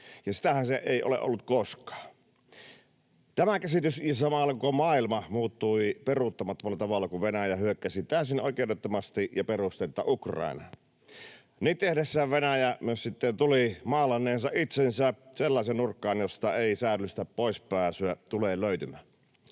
ja sitähän se ei ole ollut koskaan. Tämä käsitys ja itse asiassa koko maailma muuttui peruuttamattomalla tavalla, kun Venäjä hyökkäsi täysin oikeudettomasti ja perusteetta Ukrainaan. Niin tehdessään Venäjä myös sitten tuli maalanneensa itsensä sellaiseen nurkkaan, josta ei säädyllistä poispääsyä tule löytymään.